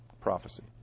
Prophecy